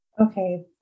Okay